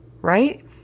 right